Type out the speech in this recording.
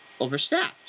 overstaffed